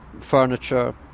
furniture